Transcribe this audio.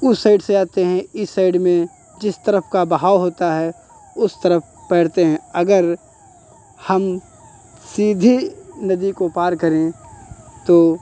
उस साइड से जाते हैं इस साइड में जिस तरफ़ का बहाव होता है उस तरफ़ तैरते हैं अगर हम सीधी नदी को पार करें तो